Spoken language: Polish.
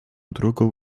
drugą